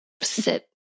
sit